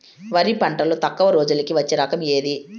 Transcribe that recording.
వరి పంటలో తక్కువ రోజులకి వచ్చే రకం ఏది?